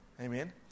Amen